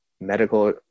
medical